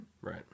right